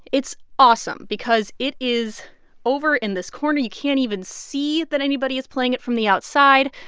it's awesome because it is over in this corner. you can't even see that anybody is playing it from the outside.